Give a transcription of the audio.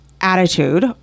attitude